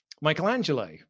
Michelangelo